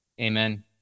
Amen